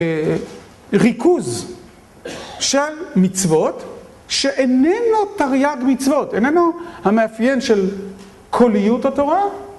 ריכוז של מצוות שאיננו תריג מצוות, איננו המאפיין של קוליות התורה